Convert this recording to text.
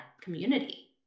community